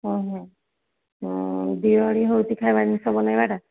ଅଁ ହଁ ଦୁଇ ଓଳି ହେଉଛି ଖାଇବା ଜିନିଷ ବନେଇବାଟା